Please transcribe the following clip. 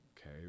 okay